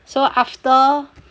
so after